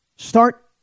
start